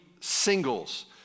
Singles